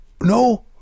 No